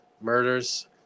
murders